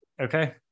Okay